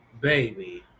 Baby